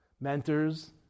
mentors